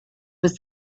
was